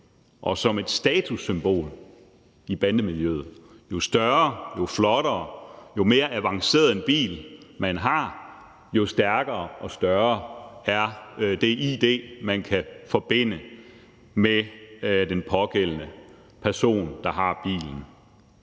og som et statussymbol i bandemiljøet. Jo større, jo flottere, jo mere avanceret en bil, man har, jo stærkere og større er det id, man kan forbinde med den pågældende person, der har bilen.